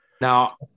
Now